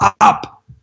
up